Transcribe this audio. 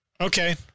Okay